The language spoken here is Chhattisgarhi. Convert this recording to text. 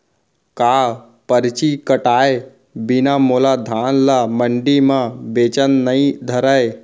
का परची कटाय बिना मोला धान ल मंडी म बेचन नई धरय?